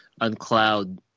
uncloud